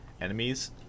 enemies